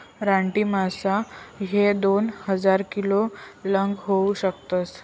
रानटी मासा ह्या दोन हजार किलो लोंग होऊ शकतस